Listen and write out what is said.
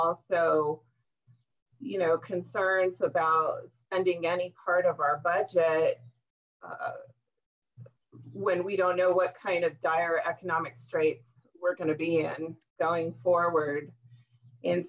also you know concerns about spending any part of our budget when we don't know what kind of dire economic straits we're going to be in going forward and